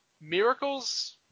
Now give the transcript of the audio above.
Miracles